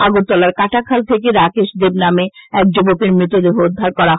আগরতলার কাটা খাল থেকে রাকেশ দেব নামে এক যুবকের মৃতদেহ উদ্ধার করা হয়